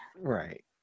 Right